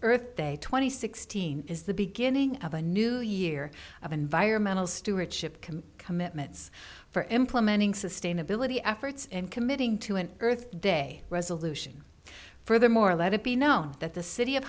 earth day twenty sixteen is the beginning of a new year of environmental stewardship can commitments for implementing sustainability efforts and committing to an earth day resolution furthermore let it be known that the city of